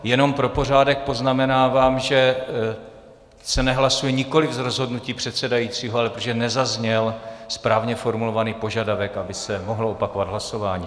Jenom pro pořádek poznamenávám, že se nehlasuje nikoli z rozhodnutí předsedajícího, ale že nezazněl správně formulovaný požadavek, aby se mohlo opakovat hlasování.